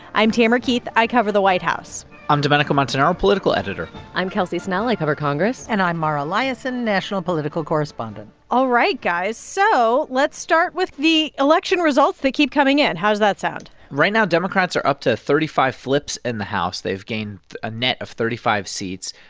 i'm tamara keith. i cover the white house i'm domenico montanaro, political editor i'm kelsey snell. i cover congress and i'm mara liasson, national political correspondent all right, guys, so let's start with the election results that keep coming in. how's that sound? right now democrats are up to thirty five flips in the house. they've gained a net of thirty five seats.